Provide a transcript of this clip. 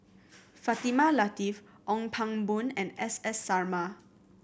Fatimah Lateef Ong Pang Boon and S S Sarma